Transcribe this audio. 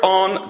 on